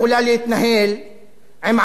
עם ערוץ וחצי ועיתון וחצי?